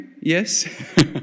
yes